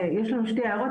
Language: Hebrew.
יש לנו שתי הערות,